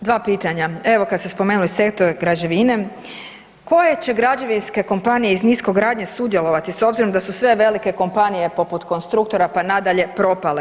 Dva pitanja, evo kada ste spomenuli sektor građevine, koje će građevinske kompanije iz niskogradnje sudjelovati s obzirom da su sve velike kompanije, poput Konstruktora pa nadalje propale?